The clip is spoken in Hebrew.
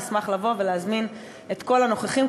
אשמח לבוא ולהזמין את כל הנוכחים,